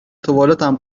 توالتم